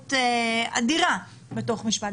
משמעות אדירה בתוך המשפט.